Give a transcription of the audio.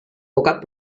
cap